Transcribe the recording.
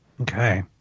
Okay